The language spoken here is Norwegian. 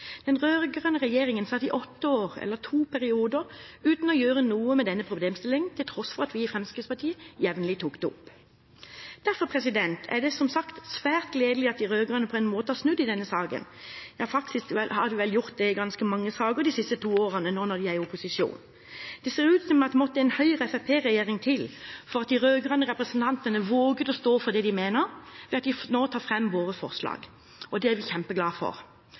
Den rød-grønne regjeringen satt i åtte år – eller to perioder – uten å gjøre noe med denne problemstillingen til tross for at vi i Fremskrittspartiet jevnlig tok det opp. Derfor er det som sagt svært gledelig at de rød-grønne på en måte har snudd i denne saken, ja faktisk har de vel gjort det i ganske mange saker de siste to årene nå når de er i opposisjon. Det ser ut som at det måtte en Høyre–Fremskrittsparti-regjering til for at de rød-grønne representantene våget å stå for det de mener, ved at de nå tar fram våre forslag. Det er vi kjempeglad for,